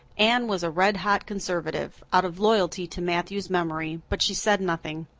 anne was a red-hot conservative, out of loyalty to matthew's memory, but she said nothing.